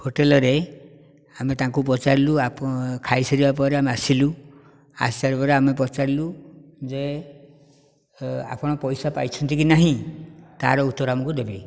ହୋଟେଲରେ ଆମେ ତାଙ୍କୁ ପଚାରିଲୁ ଖାଇ ସାରିବା ପରେ ଆମେ ଆସିଲୁ ଆସି ସାରିବା ପରେ ଆମେ ପଚାରିଲୁ ଯେ ଆପଣ ପଇସା ପାଇଛନ୍ତି କି ନାହିଁ ତା'ର ଉତ୍ତର ଆମକୁ ଦେବେ